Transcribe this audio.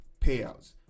payouts